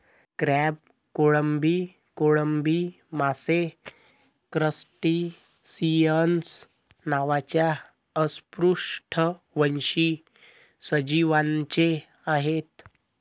crab, कोळंबी, कोळंबी मासे क्रस्टेसिअन्स नावाच्या अपृष्ठवंशी सजीवांचे आहेत